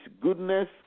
goodness